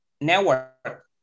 network